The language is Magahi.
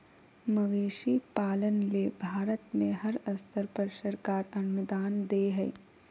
मवेशी पालन ले भारत में हर स्तर पर सरकार अनुदान दे हई